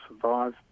survive